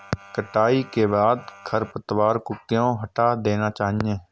कटाई के बाद खरपतवार को क्यो हटा देना चाहिए?